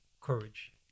courage